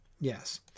yes